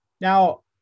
Now